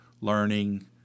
learning